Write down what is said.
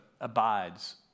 abides